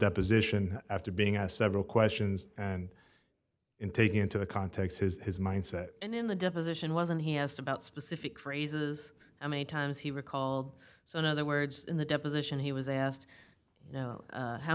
deposition after being asked several questions and in taking into the context his his mindset and in the deposition wasn't he asked about specific phrases how many times he recalled so in other words in the deposition he was asked you know